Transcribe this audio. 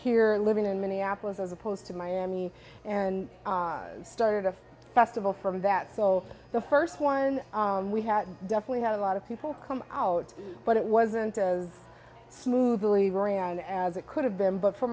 here living in minneapolis as opposed to miami and started a festival from that so the first one we had definitely had a lot of people come out but it wasn't as smooth as it could have been but for